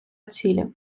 цілі